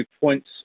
points